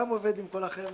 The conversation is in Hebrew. גם עובד עם כל החבר'ה האלה.